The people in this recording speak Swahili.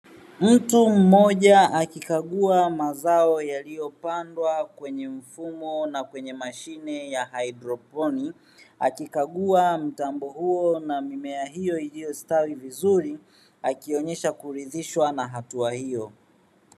Mtu mmoja akikagua mazao yaliyopandwa kwenye mfumo na kwenye mashine ya haidroponi, akikagua mitambo hiyo na mimea hiyo iliyostawi vizuri akionyesha kuridhishwa na hatua hiyo.